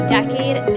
Decade